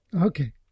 Okay